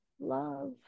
love